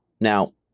Now